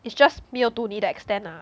is just 没有 to 你的 extend lah